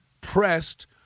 pressed